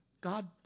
God